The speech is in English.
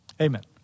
Amen